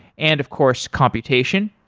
and of course, computation.